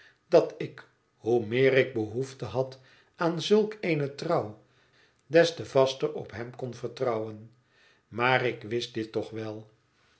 dat ik hoe meer ik behoefte had aan zulk eene trouw des te vaster op hem kon vertrouwen maar ik wist dit toch wel